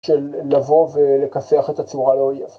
של לבוא ולכסח את הצורה לאויב.